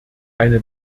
eine